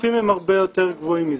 על דבריך, אבל באמת אנחנו לא נגד טכנולוגיה,